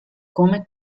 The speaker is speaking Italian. come